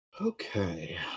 Okay